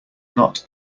not